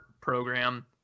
program